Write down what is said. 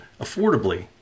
affordably